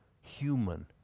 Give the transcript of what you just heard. human